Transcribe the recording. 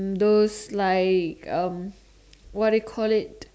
mm those like um what do you call it